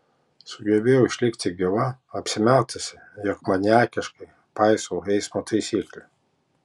sugebėjau išlikti gyva apsimetusi jog maniakiškai paisau eismo taisyklių